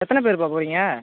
எத்தனை பேருப்பா போகிறீங்க